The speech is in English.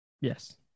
Yes